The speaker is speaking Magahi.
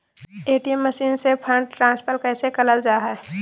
ए.टी.एम मसीन से फंड ट्रांसफर कैसे करल जा है?